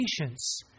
patience